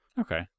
okay